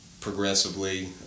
progressively